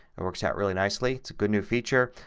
it works out really nicely. it's a good new feature.